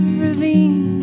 ravine